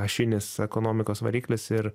ašinis ekonomikos variklis ir